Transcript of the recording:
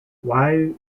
why